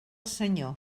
senyor